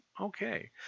Okay